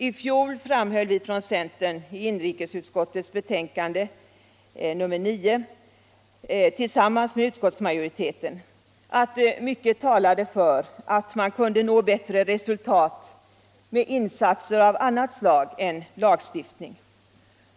I fjol framhöll vi från centern i inrikesutskottets betänkande nr 9 tillsammans med utskottsmajoriteten att mycket talade för att man kunde nå bättre resultat med insatser av annat slag än lagstiftning.